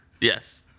Yes